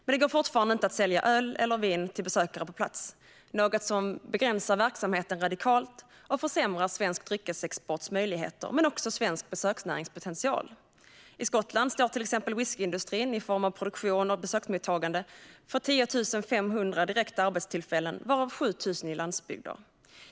Men det går fortfarande inte att sälja öl och vin till besökare på plats, något som begränsar verksamheten radikalt och försämrar svensk dryckesexports möjligheter men också svensk besöksnärings potential. I Skottland står till exempel whiskyindustrin i form av produktion och besöksmottagande för 10 500 direkta arbetstillfällen, varav 7 000 i landsbygder.